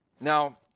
Now